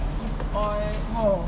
err no